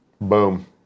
Boom